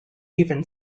even